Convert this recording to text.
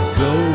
go